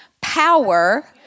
power